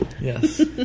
Yes